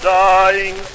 dying